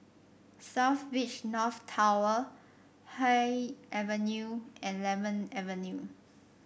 South Beach North Tower Haig Avenue and Lemon Avenue